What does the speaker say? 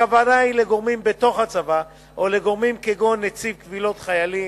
הכוונה היא לגורמים בתוך הצבא או לגורמים כגון נציב קבילות חיילים.